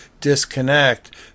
disconnect